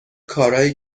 کارایی